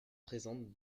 présentent